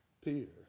Peter